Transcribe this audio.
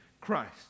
Christ